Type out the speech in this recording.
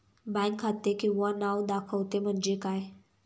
Bank खाते किंवा नाव दाखवते म्हणजे काय?